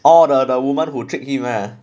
orh the the woman who tricked him leh